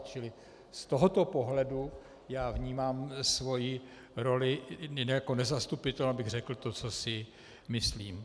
Čili z tohoto pohledu vnímám svoji roli jako nezastupitelnou, abych řekl to, co si myslím.